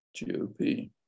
GOP